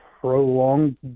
prolonged